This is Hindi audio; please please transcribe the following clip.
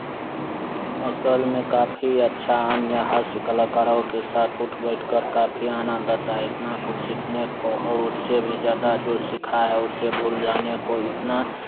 असल में काफी अच्छा अन्य हास्य कलाकारों के साथ उठ बैठ कर काफी आनंद आता है इतना कुछ सीखने को और उससे भी ज़्यादा जो सिखा है उसे भूल जाने को